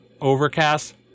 Overcast